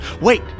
Wait